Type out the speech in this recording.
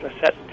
set